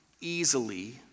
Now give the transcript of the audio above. easily